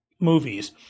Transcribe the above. movies